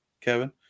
Kevin